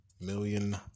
million